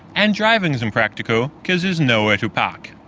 and driving is impractical because there is nowhere to park.